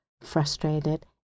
frustrated